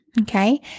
Okay